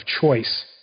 Choice